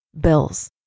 Bills